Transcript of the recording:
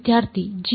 ವಿದ್ಯಾರ್ಥಿ g